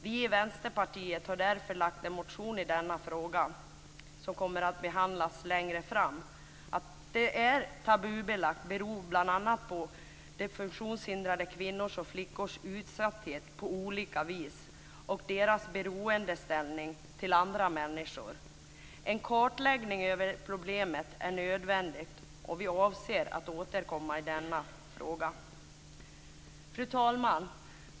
Vi i Vänsterpartiet har därför väckt en motion i denna fråga som kommer att behandlas längre fram. Att det är tabubelagt beror bl.a. på funktionshindrade flickors och kvinnors utsatthet på olika vis och deras beroendeställning till andra människor. En kartläggning av problemet är nödvändig, och vi avser att återkomma i denna fråga. Fru talman!